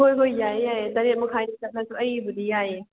ꯍꯣꯏ ꯍꯣꯏ ꯌꯥꯏꯌꯦ ꯌꯥꯏꯌꯦ ꯇꯔꯦꯠ ꯃꯈꯥꯏꯗ ꯆꯠꯂꯁꯨ ꯑꯩꯒꯤꯕꯨꯗꯤ ꯌꯥꯏꯌꯦ